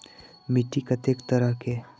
मिट्टी कतेक तरह के?